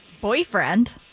Boyfriend